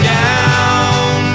down